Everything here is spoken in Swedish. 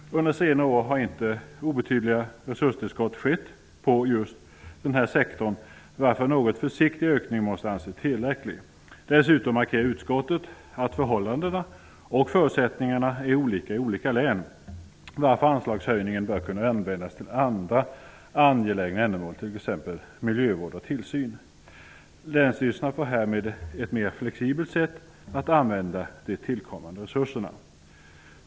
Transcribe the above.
Under senare år har inte obetydliga resurstillskott skett till just denna sektor, varför en något försiktigare ökning måste anses tillräcklig. Dessutom markerar utskottet att förhållandena och förutsättningarna är olika i olika län, varför anslagshöjningen bör kunna användas till andra angelägna ändamål, t.ex. miljövård och tillsyn. Länsstyrelserna får härmed på ett mera flexibelt sätt använda de tillkommande resurserna.